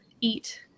eat